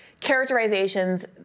characterizations